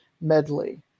medley